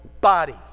body